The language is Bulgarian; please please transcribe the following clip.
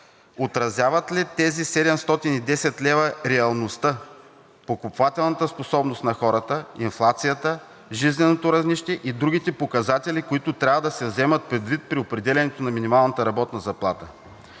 Отразяват ли тези 710 лв. реалността, покупателната способност на хората, инфлацията, жизненото равнище и другите показатели, които трябва да се вземат предвид при определяне на минималната работна заплата?